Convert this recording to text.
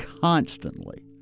constantly